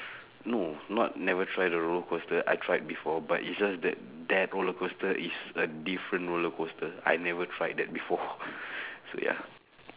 no not never try the roller coaster I tried before but it's just that that roller coaster is a different roller coaster I never tried that before so ya